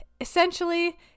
essentially